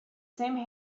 same